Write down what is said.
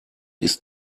ist